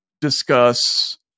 discuss